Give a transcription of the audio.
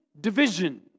division